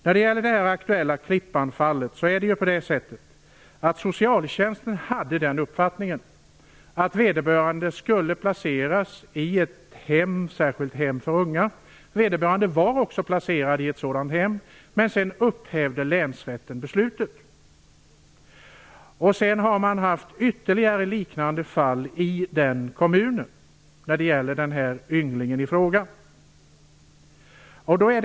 När det gäller det aktuella Klippanfallet hade socialtjänsten uppfattningen att vederbörande skulle placeras i ett särskilt hem för unga. Vederbörande var också placerad i ett sådant hem, men sedan upphävde länsrätten beslutet. Det har funnits liknande fall när det gäller ynglingen i fråga i den kommunen.